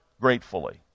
gratefully